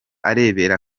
arebera